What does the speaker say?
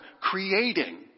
creating